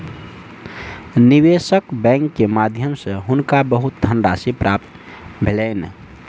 निवेशक बैंक के माध्यम सॅ हुनका बहुत धनराशि प्राप्त भेलैन